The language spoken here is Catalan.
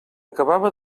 acabava